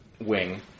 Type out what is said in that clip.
wing